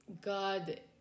God